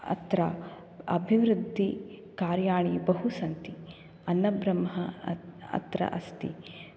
अत्र अभिवृद्धिकार्याणि बहु सन्ति अन्नब्रह्म अत्र अस्ति